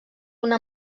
una